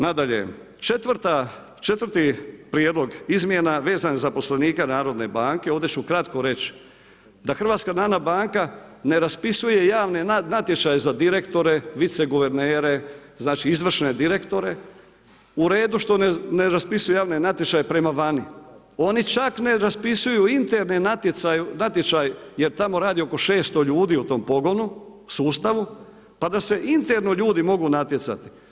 Nadalje, četvrti prijedlog izmjena, vezan za zaposlenika Narodne banke, ovdje ću kratko reći da HNB ne raspisuje javne natječaje za direktore, viceguvernere, znači izvršne direktore, u redu što ne raspisuju javne natječaje prema vani, oni čak ne raspisuju interne natječaje jer tamo radi oko 600 ljudi u tom pogonu, sustavu pa da se interno ljudi mogu natjecati.